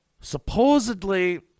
Supposedly